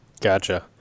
Gotcha